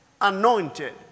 anointed